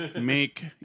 make